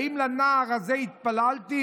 האם לנער הזה התפללתי?